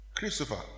Christopher